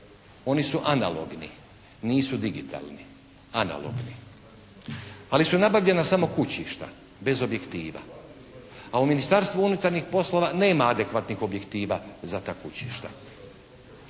Oni su analogni, nisu digitalni. Analogni. Ali su nabavljena samo kućišta, bez objektiva. A u Ministarstvu unutarnjih poslova nema adekvatnih objektiva za ta kućišta.